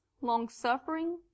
longsuffering